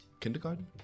kindergarten